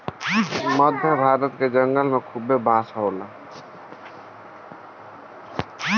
मध्य भारत के जंगल में खूबे बांस होला